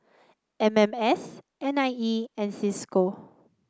M M S N I E and Cisco